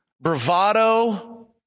bravado